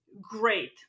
great